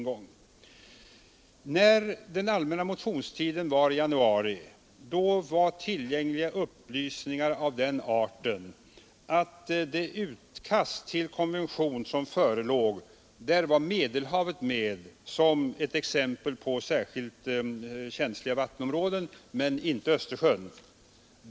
Under den allmänna motionstiden i januari framgick av tillgängliga upplysningar att i det utkast till konvention som förelåg Medelhavet, men inte Östersjön, var med som exempel på särskilt känsliga vattenområden.